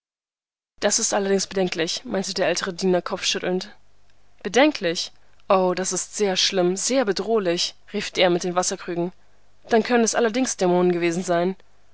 das ist allerdings bedenklich meinte der ältere diener kopfschüttelnd bedenklich o das ist sehr schlimm sehr bedrohlich rief der mit den wasserkrügen dann können es allerdings dämonen gewesen sein